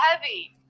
heavy